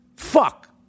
Fuck